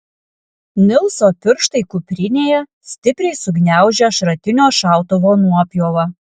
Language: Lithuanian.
nilso pirštai kuprinėje stipriai sugniaužia šratinio šautuvo nuopjovą